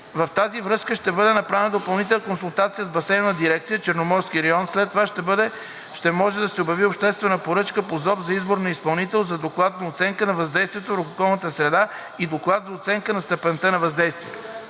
В тази връзка ще бъде направена допълнителна консултация с Басейнова дирекция „Черноморски район“, а след това ще може да се обяви обществена поръчка по Закона за обществените поръчки за избор на изпълнител за доклад за оценка на въздействието върху околната среда и доклад за оценка за степента на въздействие.